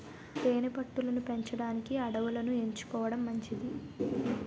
తేనె పట్టు లను పెంచడానికి అడవులను ఎంచుకోవడం మంచిది